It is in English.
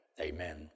Amen